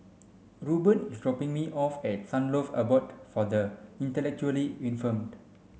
Reuben is dropping me off at Sunlove Abode for the Intellectually Infirmed